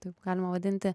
taip galima vadinti